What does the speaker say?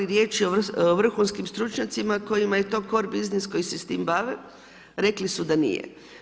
Riječ je o vrhunskim stručnjacima, kojima je to cor biznis koji se s tim bave, rekli su da nije.